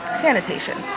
sanitation